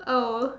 oh